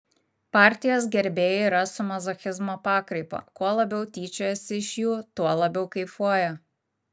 partijos gerbėjai yra su mazochizmo pakraipa kuo labiau tyčiojasi iš jų tuo labiau kaifuoja